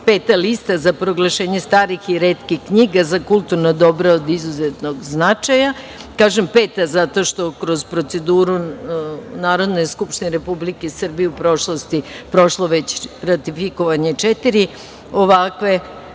peta - lista za proglašenje starih i retkih knjiga za kulturna dobra od izuzetnog značaja. Kažem peta, zato što je kroz proceduru Narodne skupštine Republike Srbije u prošlosti prošlo već ratifikovanje četiri ovakve